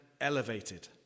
elevated